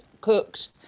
cooked